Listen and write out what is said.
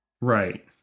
Right